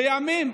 לימים,